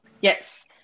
Yes